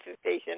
station